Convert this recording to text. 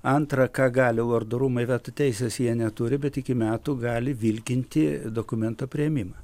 antra ką gali lordų rūmai veto teisės jie neturi bet iki metų gali vilkinti dokumento priėmimą